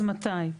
אז מתי?